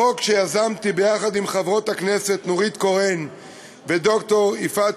בחוק שיזמתי יחד עם חברות הכנסת נורית קורן וד"ר יפעת